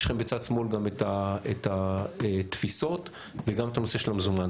בצד שמאל יש גם את התפיסות וגם את הנושא של המזומן.